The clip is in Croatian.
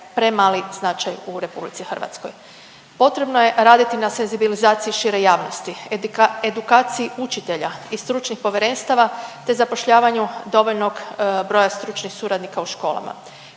premali značaj u RH. Potrebno je raditi na senzibilizaciji šire javnosti, edukaciji učitelja i stručnih povjerenstava te zapošljavanju dovoljnog broja stručnih suradnika u školama.